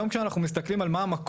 יש את החלק שאתם יוזמים ועושים בפועל,